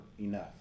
enough